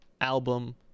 album